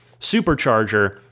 supercharger